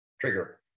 trigger